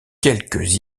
quelques